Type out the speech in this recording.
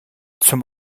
zum